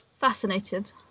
Fascinated